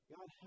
God